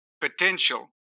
potential